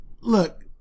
look